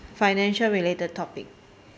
financial related topic